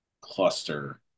cluster